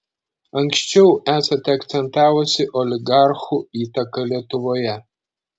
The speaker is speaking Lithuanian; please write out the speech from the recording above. anksčiau esate akcentavusi oligarchų įtaką lietuvoje